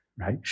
right